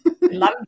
Love